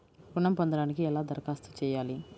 ఋణం పొందటానికి ఎలా దరఖాస్తు చేయాలి?